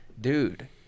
dude